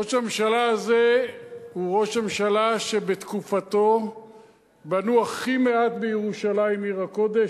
ראש הממשלה הזה הוא ראש ממשלה שבתקופתו בנו הכי מעט בירושלים עיר הקודש,